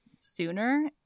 sooner